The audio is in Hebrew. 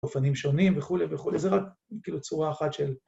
אופנים שונים וכולי וכולי, זה רק כאילו צורה אחת של...